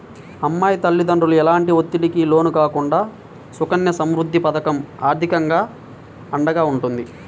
అమ్మాయి తల్లిదండ్రులు ఎలాంటి ఒత్తిడికి లోను కాకుండా సుకన్య సమృద్ధి పథకం ఆర్థికంగా అండగా ఉంటుంది